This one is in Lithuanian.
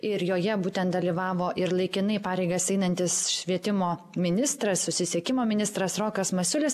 ir joje būtent dalyvavo ir laikinai pareigas einantis švietimo ministras susisiekimo ministras rokas masiulis